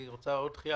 והיא רוצה עוד דחייה,